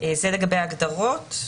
מדי על ההדק גם בהקשרים האלה.